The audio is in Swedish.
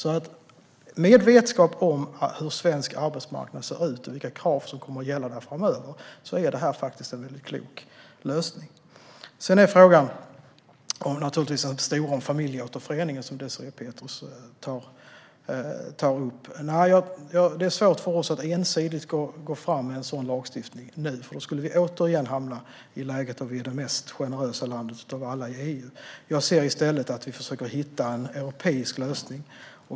Med vetskap om hur svensk arbetsmarknad ser ut och vilka krav som kommer att gälla där framöver vill jag säga att detta faktiskt är en väldigt klok lösning. Sedan är naturligtvis den stora frågan familjeåterföreningen, som Désirée Pethrus tog upp. Det är svårt för oss att ensidigt gå fram med en sådan lagstiftning nu, för då skulle vi återigen hamna i ett läge där vi är det generösaste landet av alla i EU. Jag ser i stället att vi försöker hitta en europeisk lösning.